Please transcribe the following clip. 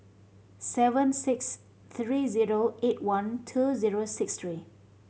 seven six three zero eight one two zero six three